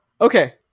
Okay